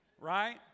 Right